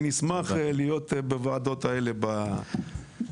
נשמח להשתתף בוועדות האלה בתדירות